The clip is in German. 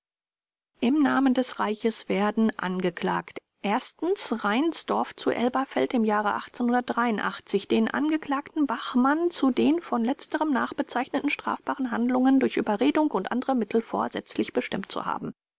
im namen des reiches werden angeklagt reinsdorf zu elberfeld im jahre den angeklagten klagten bachmann zu den von letzterem nachbezeichneten strafbaren handlungen durch überredung und andere mittel vorsätzlich bestimmt zu haben